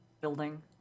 building